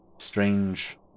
strange